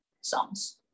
songs